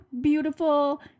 beautiful